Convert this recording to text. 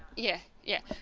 yeah yeah